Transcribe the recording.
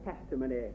testimony